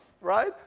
right